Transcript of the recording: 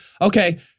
Okay